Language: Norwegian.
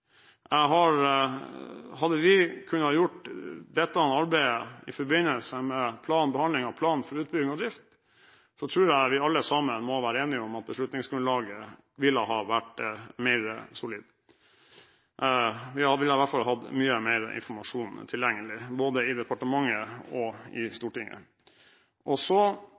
Hadde vi kunnet gjøre dette arbeidet i forbindelse med behandlingen av planen for utbygging og drift, tror jeg vi alle sammen må være enige om at beslutningsgrunnlaget ville ha vært mer solid. Vi ville i hvert fall hatt mye mer informasjon tilgjengelig, både i departementet og i Stortinget. Så må jeg konstatere at Stortinget tilsynelatende til syvende og